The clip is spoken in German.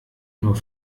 nur